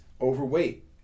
overweight